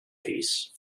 piece